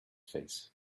face